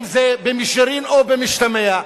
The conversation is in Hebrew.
אם במישרין או במשתמע,